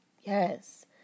yes